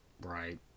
Right